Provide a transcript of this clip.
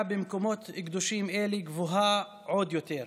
במקומות קדושים אלה גבוהה עוד יותר.